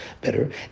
better